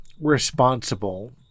responsible